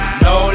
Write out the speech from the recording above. no